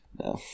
No